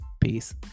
Peace